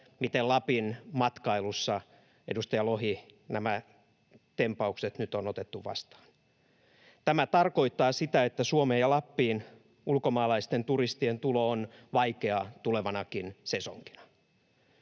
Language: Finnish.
miten Lapin matkailussa, edustaja Lohi, nämä tempaukset nyt on otettu vastaan. Tämä tarkoittaa sitä, että Suomeen ja Lappiin ulkomaalaisten turistien tulo on vaikeaa tulevanakin sesonkina.